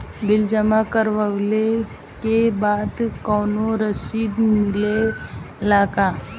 Bill जमा करवले के बाद कौनो रसिद मिले ला का?